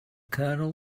colonel